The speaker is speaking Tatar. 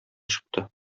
чыкты